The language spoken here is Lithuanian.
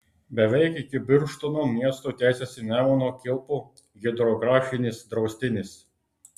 beveik iki birštono miesto tęsiasi nemuno kilpų hidrografinis draustinis